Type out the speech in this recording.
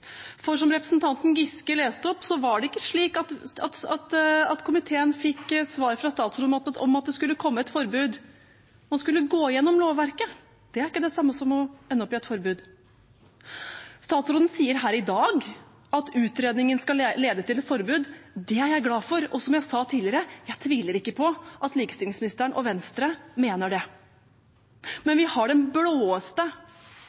Som representanten Giske leste opp, var det ikke slik at komiteen fikk svar fra statsråden om at det skulle komme et forbud. Man skulle gå gjennom lovverket. Det er ikke det samme som å ende opp i et forbud. Statsråden sier her i dag at utredningen skal lede til et forbud. Det er jeg glad for. Som jeg sa tidligere: Jeg tviler ikke på at likestillingsministeren og Venstre mener det.